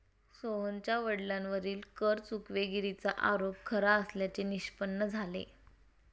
सोहनच्या वडिलांवरील कर चुकवेगिरीचा आरोप खरा असल्याचे निष्पन्न झाले